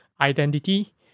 identity